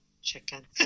chicken